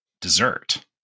dessert